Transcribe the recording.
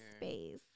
space